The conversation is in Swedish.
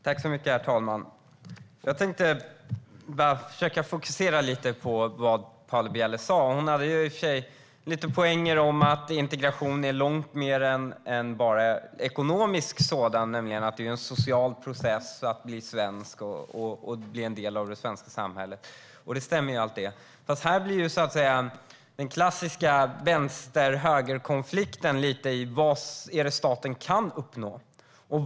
Herr talman! Jag tänkte försöka fokusera lite på vad Paula Bieler sa. Hon hade några poänger om att integration innebär långt mer än bara ekonomisk sådan, nämligen att det är en social process att bli svensk och bli en del av det svenska samhället. Det stämmer. Här blir den klassiska vänster-höger-konflikten en fråga om vad staten kan uppnå.